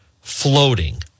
floating